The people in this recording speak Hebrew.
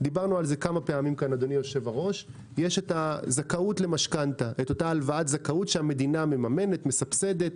דיברנו על זה כאן כמה פעמים יש הלוואת הזכאות למשכנתא שהמדינה מסבסדת,